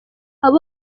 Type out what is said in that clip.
abo